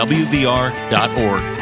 wvr.org